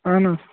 اَہَنا